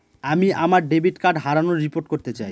আমি আমার debit card হারানোর রিপোর্ট করতে চাই